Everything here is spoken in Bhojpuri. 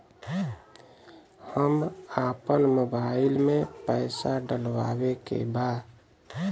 हम आपन मोबाइल में पैसा डलवावे के बा?